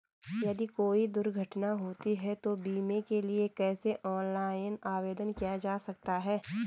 यदि कोई दुर्घटना होती है तो बीमे के लिए कैसे ऑनलाइन आवेदन किया जा सकता है?